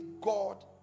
God